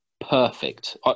perfect